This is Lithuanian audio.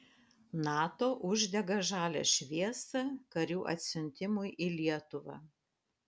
nato uždega žalią šviesą karių atsiuntimui į lietuvą